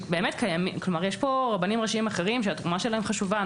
יש פה רבנים ראשיים אחרים שהתרומה שלהם חשובה.